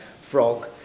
frog